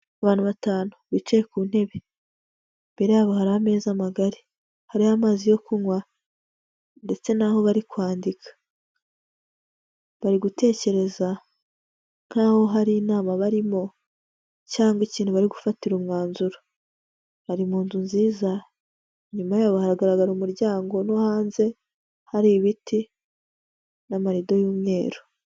Abantu batanu bicaye ku ntebe, imbere yabo hari ameza magari, hariho amazi yo kunywa ndetse n'aho bari kwandika, bari nkaho hari inama barimo cyangwa ikintu bari gufatira umwanzuro, bari mu nzu nziza, inyuma yabo haragaragara umuryango no hanze, hari ibiti n'amarido y'umweru.